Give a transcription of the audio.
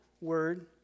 word